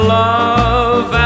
love